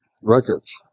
records